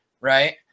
Right